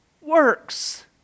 works